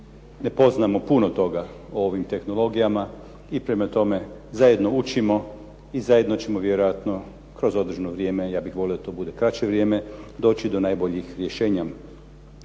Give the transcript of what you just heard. ne poznamo puno toga o ovim tehnologijama i prema tome zajedno učimo i zajedno ćemo vjerojatno kroz određeno vrijeme, ja bih volio da to bude kraće vrijeme, doći do najboljih rješenja.